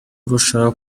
urushaho